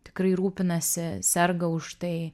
tikrai rūpinasi serga už tai